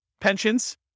Pensions